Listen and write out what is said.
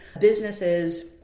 businesses